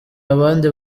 abandi